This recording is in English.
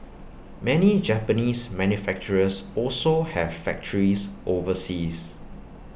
many Japanese manufacturers also have factories overseas